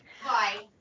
Hi